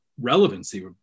relevancy